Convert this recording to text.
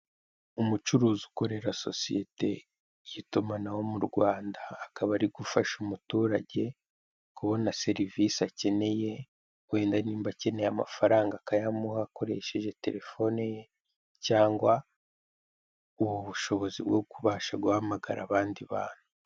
Umucuruzi ukorera sosiyete y'itumanaho mu Rwanda akaba ari gufasha umuturage kubona serivise akeneye, wenda nimba akeneye amafaranga akayamuha akoresheje terefone ye cyangwa ubushobozi bwo kubasha guhamagara abandi bantu.